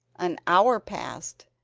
an hour passed,